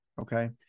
okay